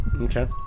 Okay